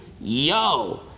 Yo